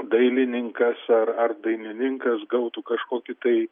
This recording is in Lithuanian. dailininkas ar ar dainininkas gautų kažkokį tai